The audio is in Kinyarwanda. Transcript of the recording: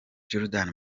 jordan